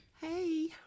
Hey